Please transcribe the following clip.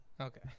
Okay